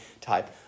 type